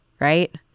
right